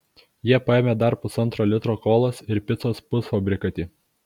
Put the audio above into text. jie paėmė dar pusantro litro kolos ir picos pusfabrikatį